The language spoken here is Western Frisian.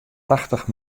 tachtich